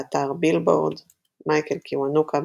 באתר בילבורד מייקל קיוונוקה,